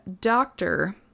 doctor